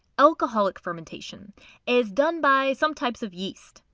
alcoholic fermentation as done by some types of yeast.